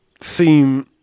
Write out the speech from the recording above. seem